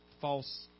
false